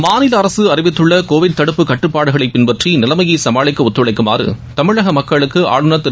மாநில அரசு அறிவித்துள்ள கோவிட் தடுப்பு கட்டுப்பாடுகளை பின்பற்றி நிலைமையை சமாளிக்க மக்களுக்கு ஒத்துழைக்குமாறு தமிழக ஆளுநர் திரு